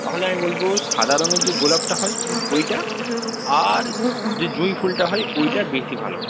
তাহলে আমি বলব সাদা রঙের যে গোলাপটা হয় ওইটা আর যে জুঁই ফুলটা হয় ওইটা বেশি ভালো হবে